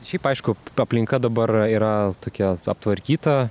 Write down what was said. šiaip aišku aplinka dabar yra tokia aptvarkyta